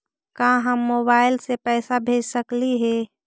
का हम मोबाईल से पैसा भेज सकली हे?